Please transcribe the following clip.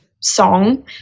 song